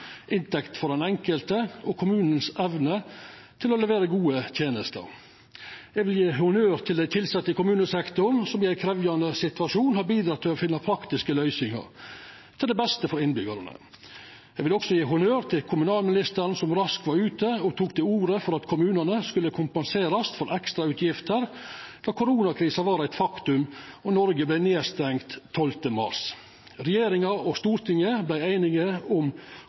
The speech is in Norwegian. inntekt for den enkelte og kommunane si evne til å levera gode tenester. Eg vil gje honnør til dei tilsette i kommunesektoren, som i ein krevjande situasjon har bidrege til å finna praktiske løysingar til beste for innbyggjarane. Eg vil også gje honnør til kommunalministeren, som raskt var ute og tok til orde for at kommunane skulle kompenserast for ekstrautgifter då koronakrisa var eit faktum og Noreg vart stengd ned 12. mars. Regjeringa og Stortinget vart einige om